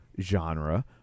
genre